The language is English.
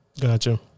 Gotcha